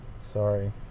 Sorry